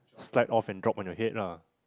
slide off and drop on your head lah